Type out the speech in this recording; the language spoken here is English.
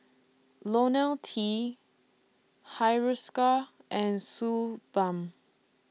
Ionil T Hiruscar and Suu Balm